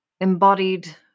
embodied